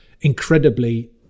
incredibly